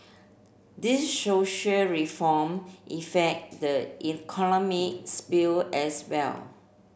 these social reform effect the economic sphere as well